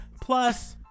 Plus